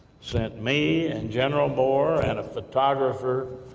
sent me, and general moore, and a photographer,